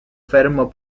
fermo